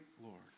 Lord